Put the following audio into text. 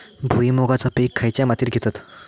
भुईमुगाचा पीक खयच्या मातीत घेतत?